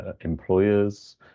Employers